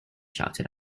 shouted